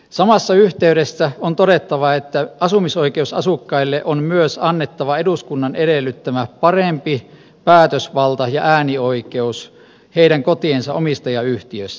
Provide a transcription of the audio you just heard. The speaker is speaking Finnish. samassa yhteydessä on todettava että asumisoikeusasukkaille on myös annettava eduskunnan edellyttämä parempi päätösvalta ja äänioikeus heidän kotiensa omistajayhtiössä